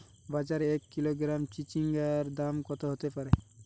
বাজারে এক কিলোগ্রাম চিচিঙ্গার দাম কত হতে পারে?